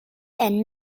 and